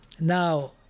Now